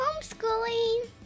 homeschooling